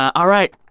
all right.